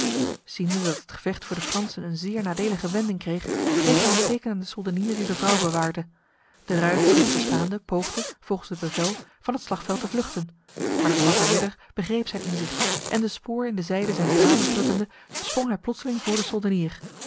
ziende dat het gevecht voor de fransen een zeer nadelige wending kreeg deed hij een teken aan de soldenier die de vrouw bewaarde de ruiter dit verstaande poogde volgens het bevel van het slagveld te vluchten maar de zwarte ridder begreep zijn inzicht en de spoor in de zijde zijns dravers drukkende sprong hij plotseling voor de soldenier